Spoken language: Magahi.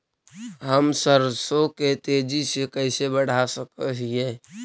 हम सरसों के तेजी से कैसे बढ़ा सक हिय?